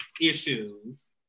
issues